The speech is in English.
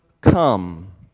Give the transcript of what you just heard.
come